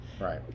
Right